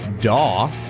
Daw